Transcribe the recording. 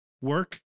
work